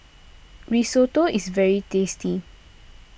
Risotto is very tasty